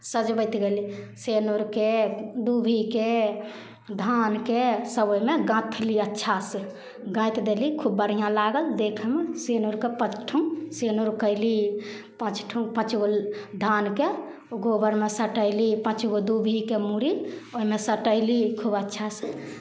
सजबैत गेली सेनुरकेँ दूबिकेँ धानकेँ सभ ओहिमे गाँथली अच्छासँ गाँथि देली खुब बढ़िआँ लागल देखयमे सेनुरके पाँचठुम सेनुर कयली पाँचठुम पाँच गो धानके गोबरमे सटयली पाँच गो दूबिके मूड़ी ओहिमे सटयली खूब अच्छासँ